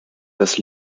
das